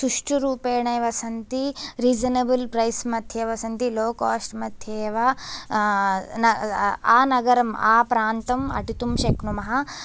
सुष्ठुरूपेण एव सन्ति reasonable price मध्ये एव सन्ति लो कोस्ट् मध्ये एव आनगरम् आप्रान्तम् अटितुं शक्नुमः